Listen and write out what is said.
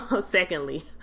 secondly